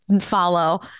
follow